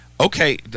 Okay